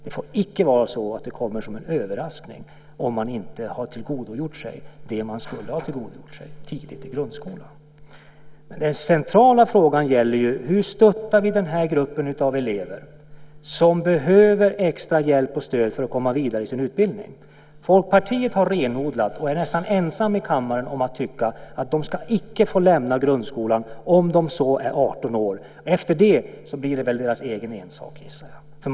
Det får icke komma som en överraskning om man inte har tillgodogjort sig det man skulle ha tillgodogjort sig tidigt i grundskolan. Den centrala frågan gäller hur vi stöttar den grupp av elever som behöver extra hjälp och stöd för att komma vidare i sin utbildning. Folkpartiet har renodlat det och är nästan ensamt i kammaren om att tycka att elever icke ska få lämna grundskolan om de inte har klarat alla ämnen om de så är 18 år. Efter det blir det väl deras ensak, gissar jag.